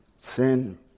Sin